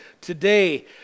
today